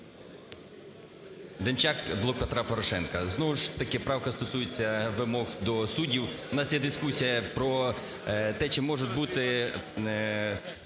Демчак, "Блок Петра Порошенка". Знову ж таки правка стосується вимог до суддів. У нас є дискусія про те, чи можуть бути